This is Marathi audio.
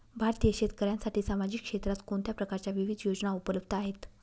भारतीय शेतकऱ्यांसाठी सामाजिक क्षेत्रात कोणत्या प्रकारच्या विविध योजना उपलब्ध आहेत?